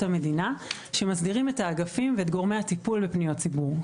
המדינה שמסדירים את האגפים ואת גורמי הטיפול בפניות ציבור.